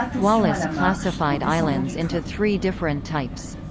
wallace classified islands into three different types.